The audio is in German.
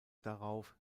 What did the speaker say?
darauf